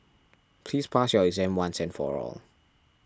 please pass your exam once and for all